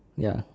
ya